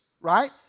right